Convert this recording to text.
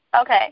Okay